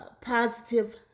positive